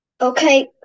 Okay